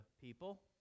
people